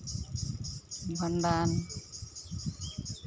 ᱵᱷᱟᱸᱰᱟᱱ